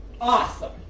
Awesome